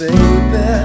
Baby